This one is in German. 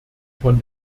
von